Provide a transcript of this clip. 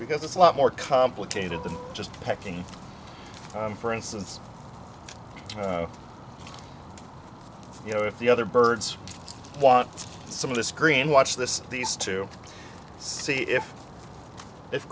because it's a lot more complicated than just checking for instance you know if the other birds want some of the screen watch this these to see if it's